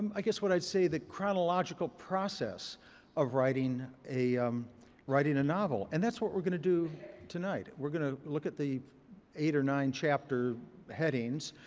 i guess what i'd say the chronological process of writing a um writing a novel. and that's what we're going to do tonight. we're going to look at the eight or nine chapter headings,